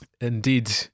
indeed